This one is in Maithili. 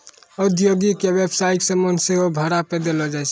औद्योगिक या व्यवसायिक समान सेहो भाड़ा पे देलो जाय छै